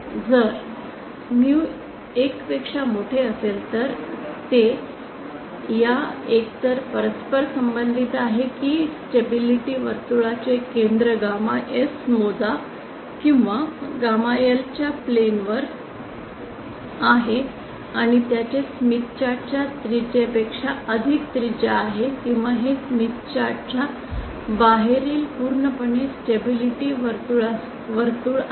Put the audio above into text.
जर म्यू 1 पेक्षा मोठे असेल तर ते या एकतर परस्पर संबंधित आहे की या स्टेबिलिटी वर्तुळाचे केंद्र गामा S मोजा किंवा गॅमा L च्या प्लेन वर आहे आणि त्याचे स्मिथ चार्ट च्या त्रिज्यापेक्षा अधिक त्रिज्या आहे किंवा हे स्मिथ चार्ट च्या बाहेरील पूर्णपणे स्टेबिलिटी वर्तुळ आहे